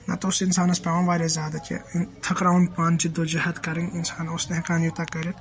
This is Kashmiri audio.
نَتہ اوس اِنسانَس پیٚوان وارِیاہ زیادٕ تَھٔکراوُن پانہٕ جدو جہد کرٕنۍ اِنسان اوس نہٕ ہیٚکان یوتاہ کٔرتھ